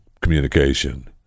communication